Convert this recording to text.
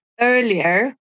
earlier